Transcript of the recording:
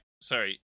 sorry